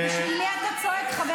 על מה אתם מזדעקים?